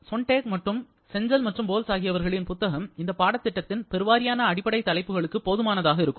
Sontag மற்றும் Cengel மற்றும் Boles ஆகியவர்களின் புத்தகம் இந்தப் பாடத்திட்டத்தின் பெருவாரியான அடிப்படை தலைப்புகளுக்கு போதுமானதாக இருக்கும்